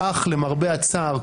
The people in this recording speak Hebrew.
"אך למרבה הצער",